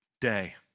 day